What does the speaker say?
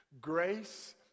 Grace